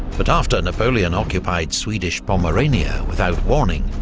but after napoleon occupied swedish pomerania without warning,